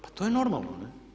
Pa to je normalno.